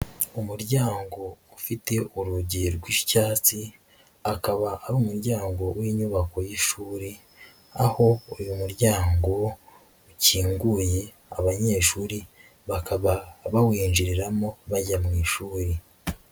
Umuryango ufite urugi rw'icyatsi, akaba ari umuryango w'inyubako y'ishuri, aho uyu muryango ukinguye, abanyeshuri bakaba bawinjiriramo bajya mu ishuri.